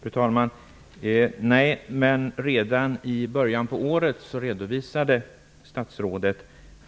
Fru talman! Nej, men redan i början av året redovisade statsrådet